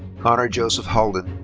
connor joseph halden.